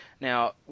Now